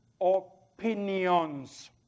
opinions